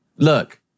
Look